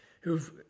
who've